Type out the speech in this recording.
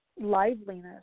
liveliness